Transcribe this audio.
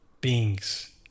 beings